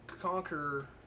conquer